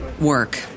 work